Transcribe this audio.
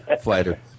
fighter